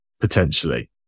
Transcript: potentially